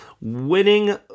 winning